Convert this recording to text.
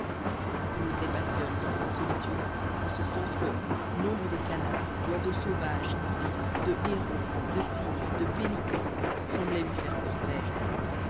il n'était pas seul dans cette solitude en ce sens que nombre de canards d'oies sauvages d'ibis de hérons de cygnes de pélicans semblaient lui faire cortège